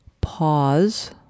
pause